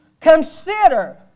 consider